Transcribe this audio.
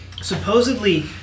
supposedly